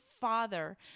father